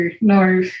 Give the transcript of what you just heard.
no